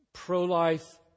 pro-life